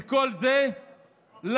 וכל זה למה?